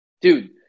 Dude